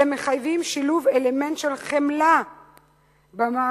אלא מחייבים שילוב אלמנט של חמלה במערכת